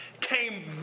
came